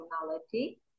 personality